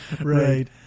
Right